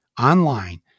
online